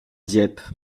dieppe